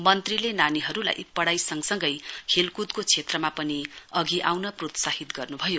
मन्त्रीले नानीहरुलाई पढ़ाई सँगसँगै खेलकुदको क्षेत्रमा पनि अघि आउन प्रोत्साहित गर्नुभयो